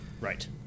Right